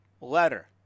letter